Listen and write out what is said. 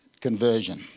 conversion